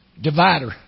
Divider